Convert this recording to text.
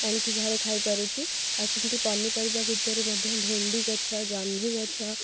ଆଣିକି ଘରେ ଖାଇପାରୁଚି ଆଉ ସେମିତି ପନିପରିବା ଭିତରୁ ମଧ୍ୟ ଭେଣ୍ଡିଗଛ ଜହ୍ନିଗଛ